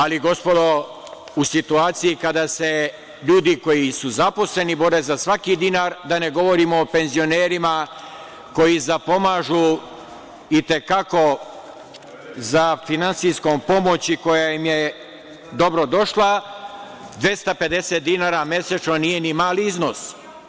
Ali, gospodo, u situaciji kada se ljudi koji su zaposleni bore za svaki dinar, da ne govorimo o penzionerima koji zapomažu i te kako za finansijskom pomoći koja im je dobro došla, 250 dinara mesečno nije ni mali iznos.